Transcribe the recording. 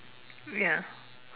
ya